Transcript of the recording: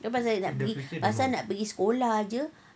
dia pasal nak pergi nak pergi sekolah aje